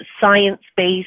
science-based